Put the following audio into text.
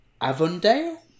Avondale